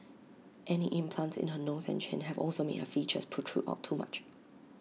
any implants in her nose and chin have also made her features protrude out too much